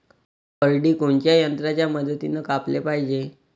करडी कोनच्या यंत्राच्या मदतीनं कापाले पायजे?